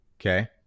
Okay